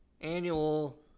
annual